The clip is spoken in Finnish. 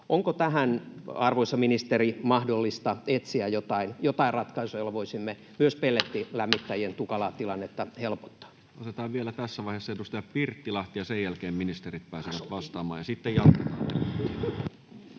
Onko tähän, arvoisa ministeri, mahdollista etsiä joitain ratkaisuja, joilla voisimme myös pellettilämmittäjien tukalaa tilannetta helpottaa? Otetaan vielä tässä vaiheessa edustaja Pirttilahti, ja sen jälkeen ministerit pääsevät vastaamaan, ja sitten jatketaan.